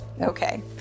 Okay